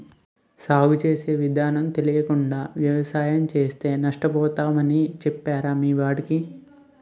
సాగు చేసే విధానాలు తెలియకుండా వ్యవసాయం చేస్తే నష్టపోతామని చెప్పరా మీ వాడికి